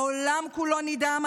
העולם כולו נדהם.